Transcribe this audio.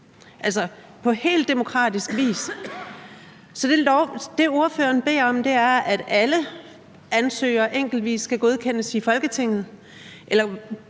altså på helt demokratisk vis. Så det, ordføreren beder om, er, at alle ansøgere skal godkendes enkeltvis i Folketinget.